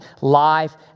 life